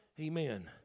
Amen